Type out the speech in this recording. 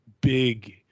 big